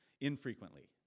infrequently